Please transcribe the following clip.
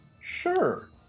Sure